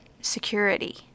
security